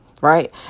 right